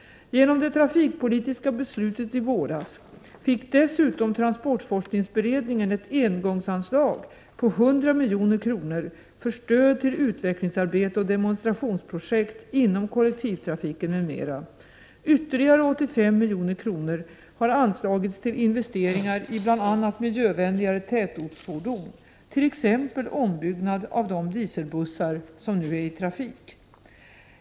Genom det trafikpolitiska beslutet i våras fick dessutom transportforskningsberedningen ett engångsanslag på 100 milj.kr. för stöd till utvecklingsarbete och demonstrationsprojekt inom kollektivtrafiken m.m. Ytterligare 85 milj.kr. har anslagits till investeringar i bl.a. miljövänligare tätortsfordon, t.ex. ombyggnad av de dieselbussar som nu är i trafik.